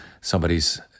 somebody's –